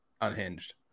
unhinged